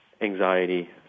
anxiety